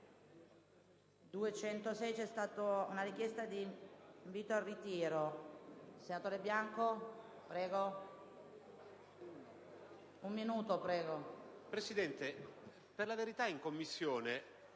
Presidente, per la verità in Commissione